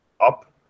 up